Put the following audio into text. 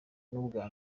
ubwa